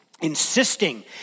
insisting